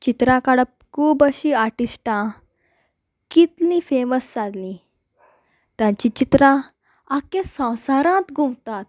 चित्रां काडप खूब अशीं आर्टिस्टां कितलीं फेमस जाल्लीं तांची चित्रां आख्ख्या संवसारांत घुंवतात